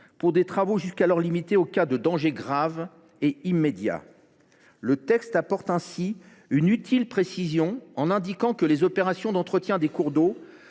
pour des travaux jusqu’alors limités aux cas de « dangers graves et immédiats ». Le texte apporte une utile précision en indiquant que les opérations d’entretien des cours d’eau